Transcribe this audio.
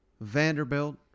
Vanderbilt